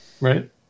right